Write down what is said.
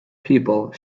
people